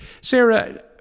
Sarah